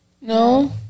No